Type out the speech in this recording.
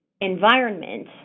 environment